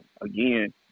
Again